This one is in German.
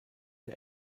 der